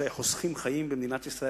שהיה חוסך חיים במדינת ישראל,